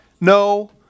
No